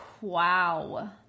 Wow